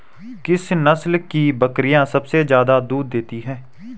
किस नस्ल की बकरीयां सबसे ज्यादा दूध देती हैं?